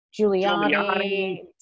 Giuliani